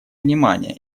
внимания